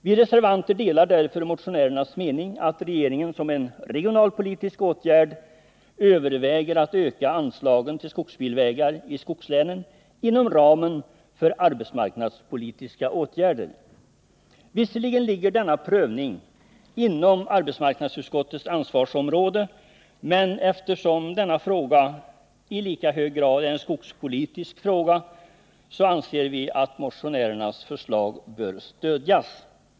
Vi reservanter delar därför motionärernas mening att regeringen som en regionalpolitisk åtgärd bör överväga att öka anslagen till skogsbilvägar i 145 skogslänen inom ramen för arbetsmarknadspolitiska åtgärder. Visserligen ligger denna prövning inom arbetsmarknadsutskottets ansvarsområde, men eftersom denna fråga i lika hög grad är en skogspolitisk fråga anser vi att motionärernas förslag bör stödjas.